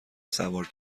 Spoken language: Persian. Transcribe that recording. سوار